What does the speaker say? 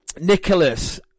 Nicholas